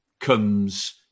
comes